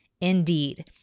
Indeed